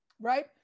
Right